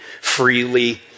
freely